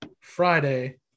Friday